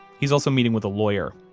he's also meeting with a lawyer.